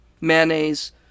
mayonnaise